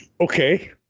Okay